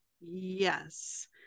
Yes